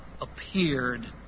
appeared